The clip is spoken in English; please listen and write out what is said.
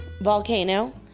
Volcano